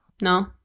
No